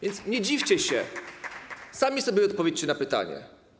Więc nie dziwcie się, sami sobie odpowiedzcie na pytanie.